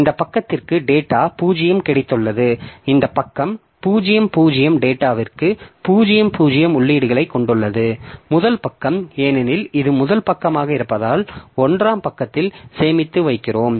இந்த பக்கத்திற்கு டேட்டா 0 கிடைத்துள்ளது இந்த பக்கம் 0 0 டேட்டாவிற்கு 0 0 உள்ளீடுகளைக் கொண்டுள்ளது முதல் பக்கம் ஏனெனில் இது முதல் பக்கமாக இருப்பதால் ஒன்றாம் பக்கத்தில் சேமித்து வைக்கிறோம்